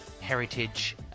heritage